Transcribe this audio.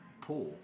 poor